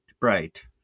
bright